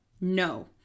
No